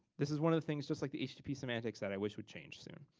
this is one of the things just like the htp semantics that i wish would change soon.